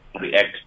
react